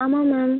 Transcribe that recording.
ஆமாம் மேம்